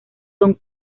son